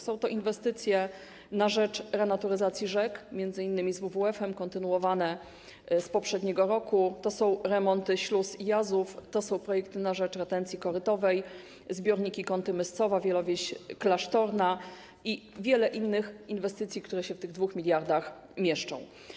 Są to inwestycje na rzecz renaturyzacji rzek, m.in. z WWF-em, kontynuowane z poprzedniego roku, to są remonty śluz jazów, to są projekty na rzecz retencji korytowej, zbiorniki Kąty-Myscowa, Wielowieś Klasztorna i wiele innych inwestycji, które się w tych 2 mld mieszczą.